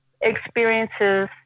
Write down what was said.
experiences